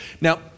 Now